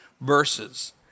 verses